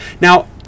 Now